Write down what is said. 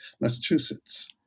Massachusetts